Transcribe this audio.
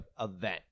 event